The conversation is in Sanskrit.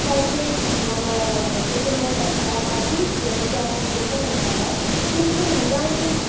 सर्वे मम कुटुम्बसभ्याः अपि प्रोत्साहं कृतवन्तः किन्तु इदानीं